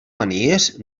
manies